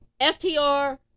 FTR